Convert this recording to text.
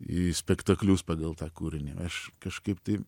į spektaklius pagal tą kūrinį aš kažkaip tai